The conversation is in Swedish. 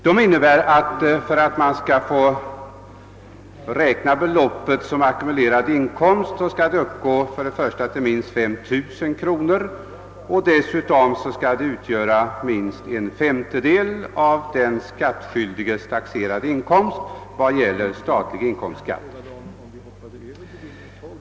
De innebär att beloppet för att det skall få räknas som ackumulerad inkomst skall uppgå till minst 5 000 kronor och dessutom utgöra minst en femtedel av den skattskyldiges till statlig inkomstskatt taxerade inkomst.